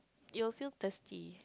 you will feel thirsty